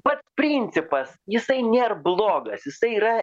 pats principas jisai nėr blogas jisai yra